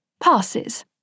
passes